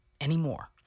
anymore